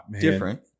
different